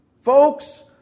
Folks